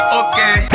okay